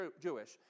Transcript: Jewish